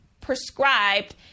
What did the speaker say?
prescribed